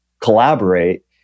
collaborate